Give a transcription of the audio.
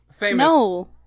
No